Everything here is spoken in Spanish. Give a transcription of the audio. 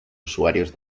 usuarios